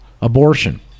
abortion